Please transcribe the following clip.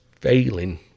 failing